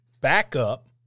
backup